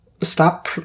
stop